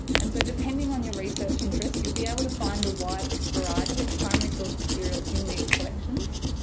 and so depending on your research interest you'll be able to find a wide variety of primary source material in these collections.